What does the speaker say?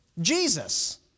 Jesus